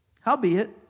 howbeit